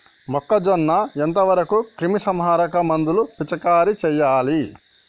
మొక్కజొన్న ఎంత వరకు క్రిమిసంహారక మందులు పిచికారీ చేయాలి?